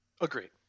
Agreed